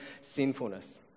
sinfulness